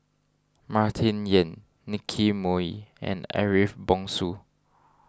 Martin Yan Nicky Moey and Ariff Bongso